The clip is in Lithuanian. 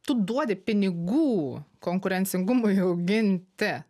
tu duodi pinigų konkurencingumui auginti